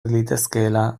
litezkeela